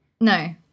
No